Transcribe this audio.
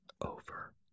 over